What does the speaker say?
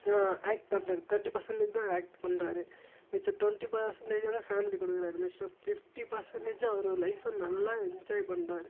act பண்ணுறது thirty percentage தான் act பண்ணுறாரு மிச்ச டுவென்டி பர்சென்டேஜ் வந்து ஃபேமிலி கூட இருக்குறார் மிச்சம் பிஃப்டி பர்சென்டேஜ் அவரோட லைஃப்பை நல்லா என்ஜாய் பண்ணுறாரு